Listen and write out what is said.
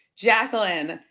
jacqueline,